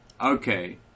Okay